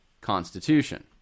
constitution